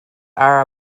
are